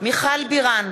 מיכל בירן,